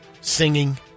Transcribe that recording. Singing